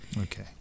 Okay